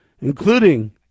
including